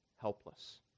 helpless